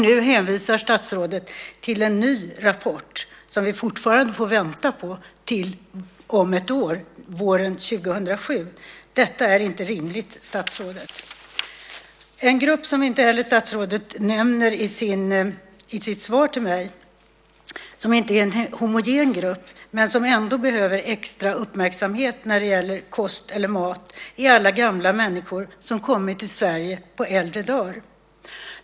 Nu hänvisar statsrådet till en ny rapport som vi fortfarande får vänta på till om ett år, våren 2007. Detta är inte rimligt, statsrådet. En grupp som statsrådet inte heller nämner i sitt svar till mig är en grupp som inte är homogen, men som ändå behöver extra uppmärksamhet när det gäller kost och mat. Det är alla gamla människor som har kommit till Sverige på äldre dagar.